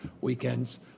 weekends